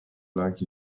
black